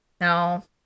No